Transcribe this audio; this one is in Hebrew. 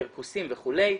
פרכוסים וכולי,